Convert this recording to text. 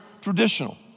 traditional